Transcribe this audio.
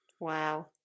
Wow